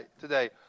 today